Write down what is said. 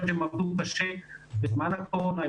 הם עבדו קשה בזמן הקורונה,